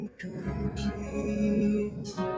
complete